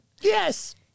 Yes